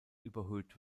überhöht